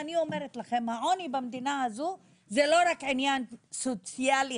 העוני במדינה הזו זה לא רק עניין סוציאלי,